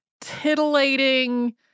titillating